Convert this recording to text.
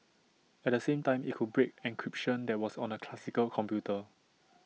at the same time IT could break encryption that was on A classical computer